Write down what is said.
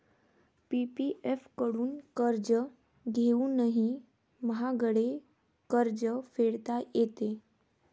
PPF कडून कर्ज घेऊनही महागडे कर्ज फेडता येते